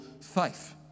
faith